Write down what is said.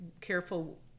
careful